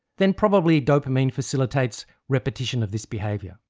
then probably dopamine facilitates repetition of this behaviour.